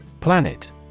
Planet